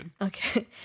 okay